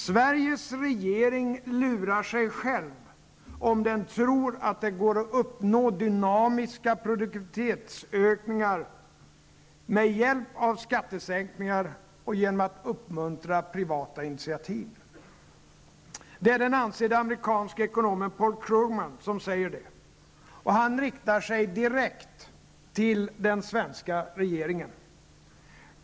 ''Sveriges regering lurar sig själv om den tror att det går att uppnå dynamiska produktivitetsökningar med hjälp av skattesänkningar och genom att uppmuntra privata initiativ.'' Det är den ansedde amerikanske ekonomen Paul Krugman som säger det. Och han riktar sig direkt till den svenska regeringen.